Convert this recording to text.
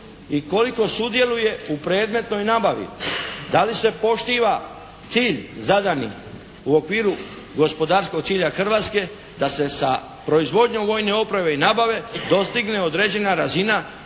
i koliko sudjeluje u predmetnoj nabavi. Da li se poštiva cilj zadani u okviru gospodarskog cilja Hrvatske da se sa proizvodnjom vojne opreme i nabave dostigne određena razina